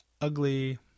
ugly